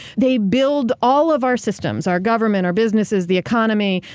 they build all of our systems, our government, our businesses, the economy,